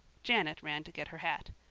janet ran to get her hat.